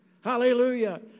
Hallelujah